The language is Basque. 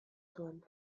zuen